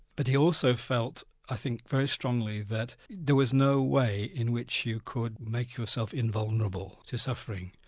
but he also felt, i think very strongly, that there was no way in which you could make yourself invulnerable to suffering.